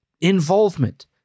Involvement